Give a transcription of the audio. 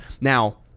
now